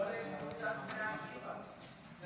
הוא עולה עם חולצת בני עקיבא ועניבה.